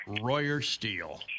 Royer-Steele